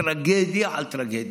טרגדיה על טרגדיה.